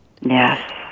Yes